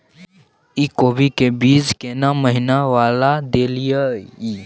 इ कोबी के बीज केना महीना वाला देलियैई?